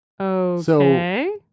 Okay